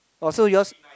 oh so yours